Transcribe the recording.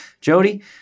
Jody